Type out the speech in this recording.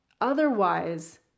Otherwise